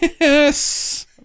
Yes